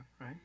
right